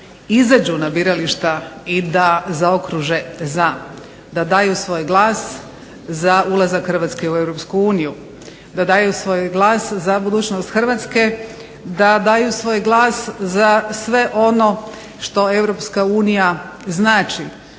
izađu na birališta i da zaokruže ZA. Da daju svoj glas za ulazak Hrvatske u EU, da daju svoj glas za budućnost Hrvatske, da daju svoj glas za sve ono što EU znači,